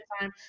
time